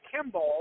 Kimball